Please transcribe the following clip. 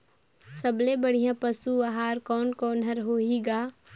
सबले बढ़िया पशु आहार कोने कोने हर होही ग?